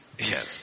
Yes